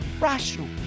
rational